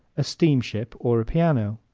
a steamship or a piano.